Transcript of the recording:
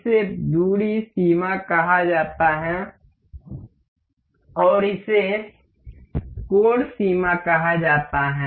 इसे दूरी सीमा कहा जाता है और इसे कोण सीमा कहा जाता है